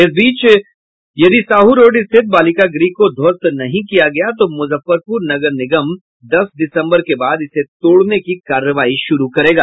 इस बीच यदि साहू रोड स्थित बालिका गृह को ध्वस्त नहीं किया गया तो मुजफ्फरपुर नगर निगम दस दिसम्बर के बाद इसे तोड़ने की कार्रवाई शुरू करेगा